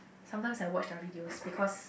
sometimes I watch their videos because